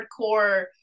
hardcore